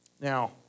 Now